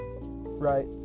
right